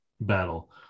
battle